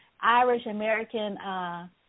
Irish-American